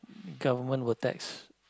government will tax